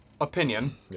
Opinion